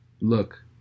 Look